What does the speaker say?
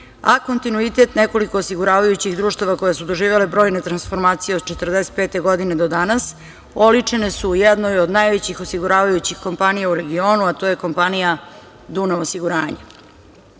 a kontinuitet nekoliko osiguravajućih društava koje su doživele brojne transformacije od 1945. godine do danas, oličene su u jednoj od najvećih osiguravajućih kompanija u regionu, a to je kompanija „Dunav osiguranje“.U